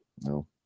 no